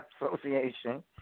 association